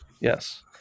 Yes